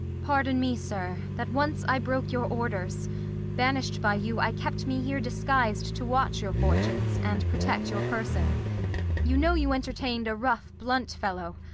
pardon me, sir, that once i broke your orders banish'd by you, i kept me here disguis'd to watch your fortunes, and protect your person you know you entertain'd a rough blunt fellow,